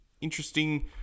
interesting